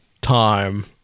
time